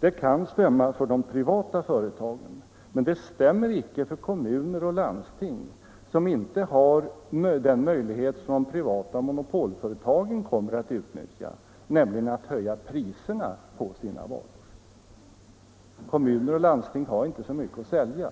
Det kan stämma för de privata företagen, men det stämmer inte för kommuner och landsting, som inte har den möjlighet de privata monopolföretagen kommer att utnyttja, nämligen att höja priserna på sina varor. Kommuner och landsting har inte så mycket att sälja,